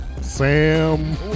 Sam